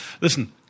listen